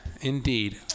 Indeed